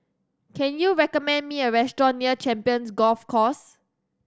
can you recommend me a restaurant near Champions Golf Course